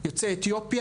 יוצאי אתיופיה,